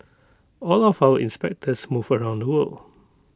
all of our inspectors move around the world